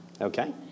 Okay